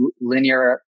linear